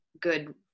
good